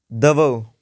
ਦੇਵੋ